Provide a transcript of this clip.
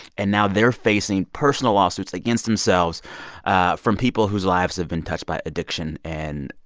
and now they're facing personal lawsuits against themselves from people whose lives have been touched by addiction and,